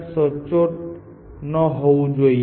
f value પર g અને h નું મૂલ્ય લગભગ સમાન હોવા જોઈએ